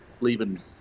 leaving